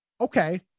Okay